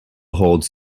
holds